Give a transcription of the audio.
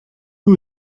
who